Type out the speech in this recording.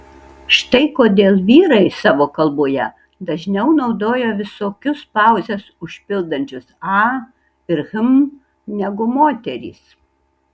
štai kodėl vyrai savo kalboje dažniau naudoja visokius pauzes užpildančius a ir hm negu moterys